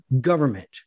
government